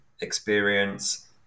experience